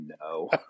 no